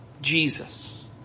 Jesus